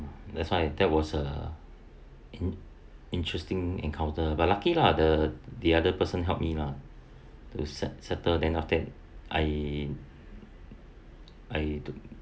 that's why that was a in~ interesting encounter but lucky lah the the other person helped me lah to set~ settle then after that I I